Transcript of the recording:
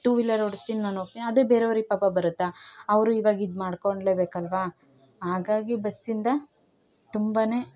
two wheeler ಓಡಿಸ್ತೀನಿ ನಾನು ಅದೇ ಬೇರೆಯವ್ರಿಗೆ ಪಾಪ ಬರುತ್ತಾ ಅವರು ಇವಾಗ ಇದು ಮಾಡ್ಕೊಂಡ್ಲೇ ಬೇಕಲ್ವಾ ಹಾಗಾಗಿ ಬಸ್ಸಿಂದ ತುಂಬಾ